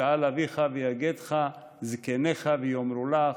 "שאל אביך ויגדך זקניך ויאמרו לך".